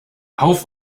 auf